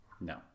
No